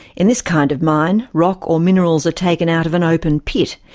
in this kind of mine, rock or minerals are taken out of an open pit,